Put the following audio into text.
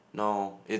no it's